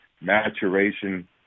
maturation